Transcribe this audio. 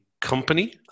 company